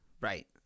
Right